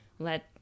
Let